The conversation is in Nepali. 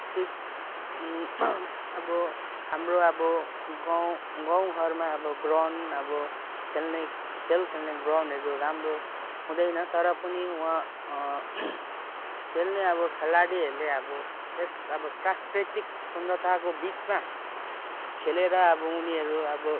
चाहिँ अब हाम्रो अब गाउँ गाउँ घरमा अब ग्राउन्ड अब खेल्ने खेल खेल्ने ग्राउन्डहरू राम्रो हुँदैन तर पनि वहाँ खेल्ने अब खेलाडीहरूले अब यस अब प्राकृतिक सुन्दरताको बिचमा खेलेर अब उनीहरू अब